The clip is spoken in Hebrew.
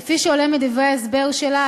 כפי שעולה מדברי ההסבר שלה,